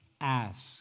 Ask